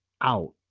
out